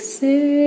say